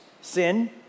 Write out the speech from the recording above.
sin